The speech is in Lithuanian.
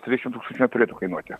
trisdešimt tūkstančių neturėtų kainuoti